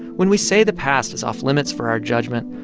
when we say the past is off limits for our judgment,